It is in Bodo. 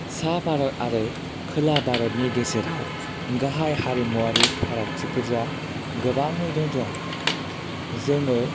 सा भारत आरो खोला भारतनि गेजेराव गाहाय हारिमुवारि फारागथिफोरा गोबाङैनो दं जोङो